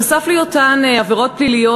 נוסף על היותן עבירות פליליות,